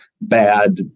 bad